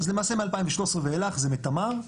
למעשה מ-2013 ואילך זה מתמר,